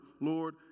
Lord